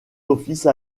office